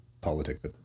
politics